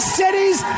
cities